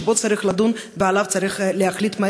שבו צריך לדון ועליו צריך להחליט,